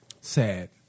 Sad